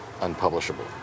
unpublishable